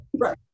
Right